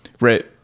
Right